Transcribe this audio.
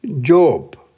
Job